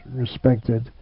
respected